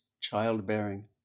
childbearing